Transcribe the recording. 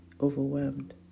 overwhelmed